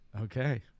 Okay